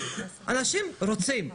אנשים רוצים,